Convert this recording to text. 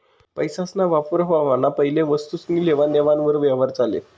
पैसासना वापर व्हवाना पैले वस्तुसनी लेवान देवान वर यवहार चाले